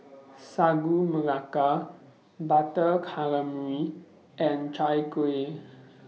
Sagu Melaka Butter Calamari and Chai Kueh